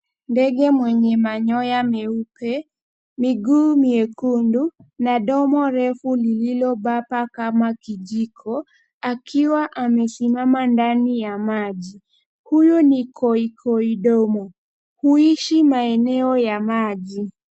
Ndege mwenye manyoya meupe, miguu myekundu na domo refu lililobaba kama kijiko akiwa amesimama ndani ya maji. Huyu ni koikoi domo huishi maeneo ya maji.